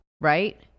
right